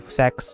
sex